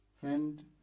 friend